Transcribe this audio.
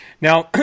Now